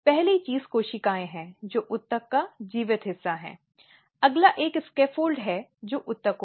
लेकिन यौन उत्पीड़न के सजीवचित्रित विवरण पर जोर देना कुछ ऐसा है जिससे बचा जाना चाहिए